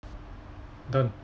done